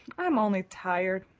i'm only tired.